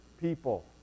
people